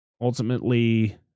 ultimately